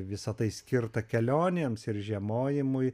visa tai skirta kelionėms ir žiemojimui